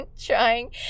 trying